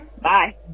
Bye